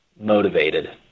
motivated